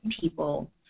people